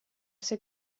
ser